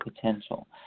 potential